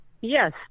Yes